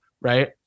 right